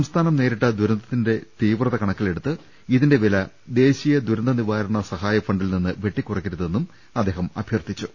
സംസ്ഥാനം നേരിട്ട ദുരന്തത്തിന്റെ തീവ്രത കണക്കിലെടുത്ത് ഇതിന്റെ വില ദേശീയ ദുരന്ത നിവാ രണ സഹായ ഫണ്ടിൽ നിന്ന് വെട്ടിക്കുറയ്ക്കരുതെന്നും അദ്ദേഹം അഭ്യർത്ഥിച്ചു